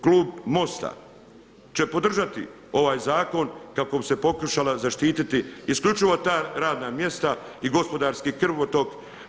Klub MOST-a će podržati ovaj zakon kako bi se pokušala zaštititi isključivo ta radna mjesta i gospodarski krvotok.